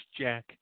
jack